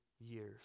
years